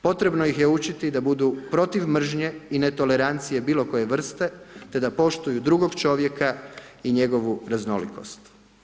Potrebno ih je učiti, da budu protiv mržnje i netolerancije bilo koje vrste te da poštuju drugog čovjeka i njegovu raznolikost.